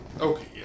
Okay